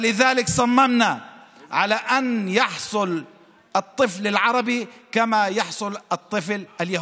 ולכן היינו נחושים שהילד הערבי יקבל כפי שמקבל הילד היהודי.